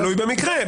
תלוי במקרה.